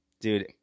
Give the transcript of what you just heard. Dude